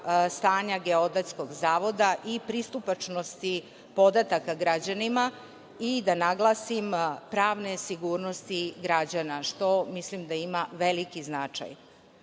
stanja Geodetskog zavoda i pristupačnosti podataka građanima i, da naglasim, pravne sigurnosti građana, što mislim da ima veliki značaj.U